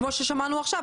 כמו ששמענו עכשיו,